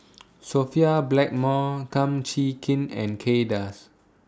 Sophia Blackmore Kum Chee Kin and Kay Das